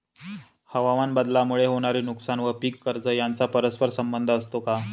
हवामानबदलामुळे होणारे नुकसान व पीक कर्ज यांचा परस्पर संबंध असतो का?